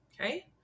Okay